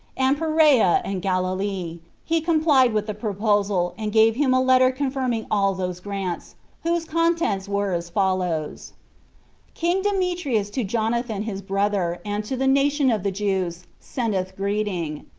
and perea, and galilee, he complied with the proposal, and gave him a letter confirming all those grants whose contents were as follows king demetrius to jonathan his brother, and to the nation of the jews, sendeth greeting.